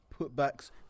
Putbacks